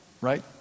right